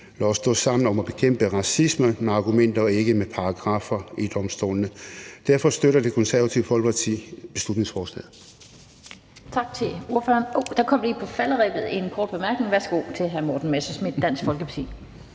Lad os stå sammen om at bekæmpe racisme med argumenter og ikke med paragraffer i domstolene. Derfor støtter Det Konservative Folkeparti beslutningsforslaget. Kl. 16:46 Den fg. formand (Annette Lind): Der kom lige på falderebet et ønske om en kort bemærkning. Værsgo til hr. Morten Messerschmidt, Dansk Folkeparti.